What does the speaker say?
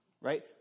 Right